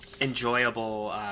enjoyable